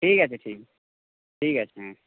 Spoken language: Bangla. ঠিক আছে ঠিক আছে ঠিক আছে হ্যাঁ